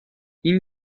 این